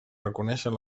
reconèixer